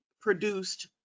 produced